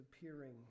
appearing